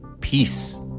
Peace